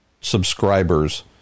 subscribers